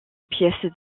pièces